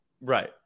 Right